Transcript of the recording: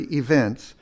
events